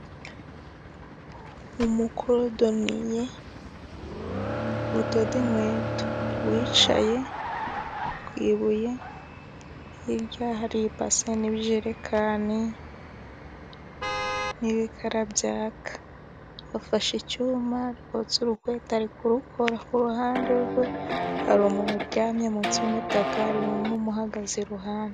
Umukorodoniye udoda inkweto wicaye ku ibuye hirya hari ibase n'ibijerekani n'ibikara byaka. Afashe icyuma ari kotsa urukweto ari kurukora ku ruhande rwe hari umuntu uryamye munsi y'umutaka n'umuhagaze iruhande.